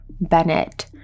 Bennett